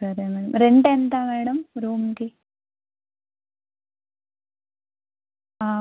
సరే madam rent ఎంత madam రూమ్కి